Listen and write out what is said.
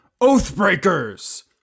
Oathbreakers